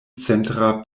centra